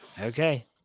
Okay